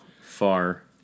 far